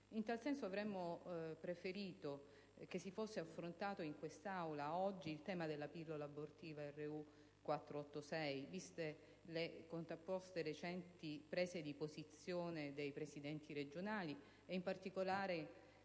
In tal senso, avremmo preferito che venisse affrontato oggi in quest'Aula il tema della pillola abortiva RU486, viste le contrapposte recenti prese di posizione dei Presidenti regionali e, in particolare,